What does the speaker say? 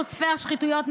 חושפי השחיתויות,